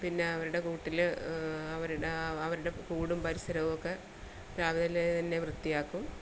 പിന്നെ അവരുടെ കൂട്ടിൽ അവരുടെ അവരുടെ കൂടും പരിസരവുമൊക്കെ രാവിലേ തന്നെ വൃത്തിയാക്കും